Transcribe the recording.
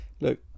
look